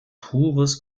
pures